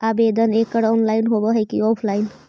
आवेदन एकड़ ऑनलाइन होव हइ की ऑफलाइन?